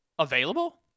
available